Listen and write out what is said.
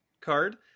card